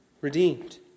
redeemed